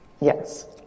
Yes